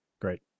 Great